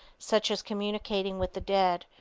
such as communicating with the dead,